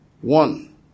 One